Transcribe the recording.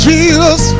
Jesus